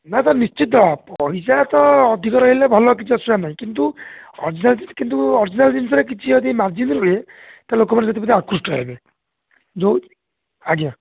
ନା ସାର୍ ନିଶ୍ଚିତ ପଇସା ତ ଅଧିକ ରହିଲେ ଭଲ କିଛି ଅସୁବିଧା ନାହିଁ କିନ୍ତୁ ଅର୍ଜିନାଲ୍ କିନ୍ତୁ ଅର୍ଜିନାଲ୍ ଜିନିଷରେ କିଛି ଯଦି ମାର୍ଜିିନ୍ ରୁହେ ତା ଲୋକମାନେ ଯେତେ ପ୍ରତି ଆକୃଷ୍ଟ ହେବେ ଯେଉଁ ଆଜ୍ଞା